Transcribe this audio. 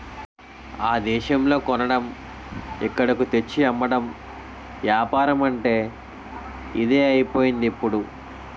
ఆ దేశంలో కొనడం ఇక్కడకు తెచ్చి అమ్మడం ఏపారమంటే ఇదే అయిపోయిందిప్పుడు